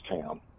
town